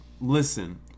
listen